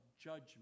judgment